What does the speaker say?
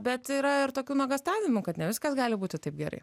bet yra ir tokių nuogąstavimų kad ne viskas gali būti taip gerai